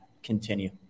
continue